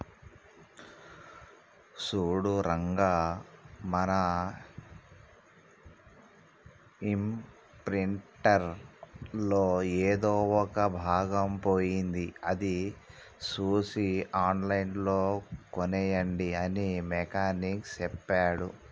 సూడు రంగా మన ఇంప్రింటర్ లో ఎదో ఒక భాగం పోయింది అది సూసి ఆన్లైన్ లో కోనేయండి అని మెకానిక్ సెప్పాడు